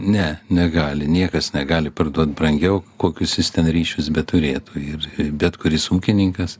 ne negali niekas negali parduot brangiau kokius jis ten ryšius beturėtų ir bet kuris ūkininkas